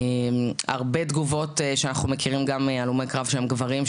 הרבה תגובות שאנחנו מכירים גם מהלומי קרב שהם גברים,